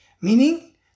Meaning